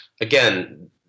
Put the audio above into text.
again